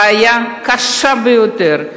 בעיה קשה ביותר,